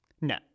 No